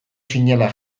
zinela